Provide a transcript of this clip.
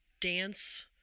dance